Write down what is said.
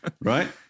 Right